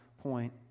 point